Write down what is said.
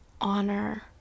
honor